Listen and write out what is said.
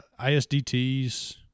ISDTs